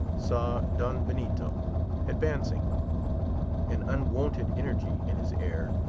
saw don benito advancing an unwonted energy in his air,